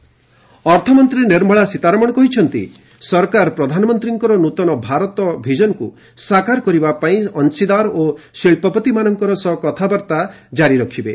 ସୀତାରମଣ କୋଲକାତା ଅର୍ଥମନ୍ତ୍ରୀ ନିର୍ମଳା ସୀତାରମଣ କହିଛନ୍ତି ସରକାର ପ୍ରଧାନମନ୍ତ୍ରୀଙ୍କର ନ୍ନତନ ଭାରତ ଭିଜନକୁ ସାକାର କରିବା ପାଇଁ ଅଂଶୀଦାର ଓ ଶିକ୍ଷାପତିମାନଙ୍କ ସହ କଥାବାର୍ତ୍ତା ଜ ଜାରୀ ରଖିବେ